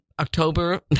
October